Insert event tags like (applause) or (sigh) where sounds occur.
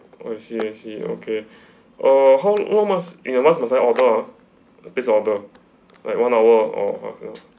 oh I see I see okay uh how much in the advance must I ah place order like one hour or (noise)